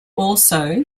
also